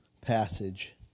passage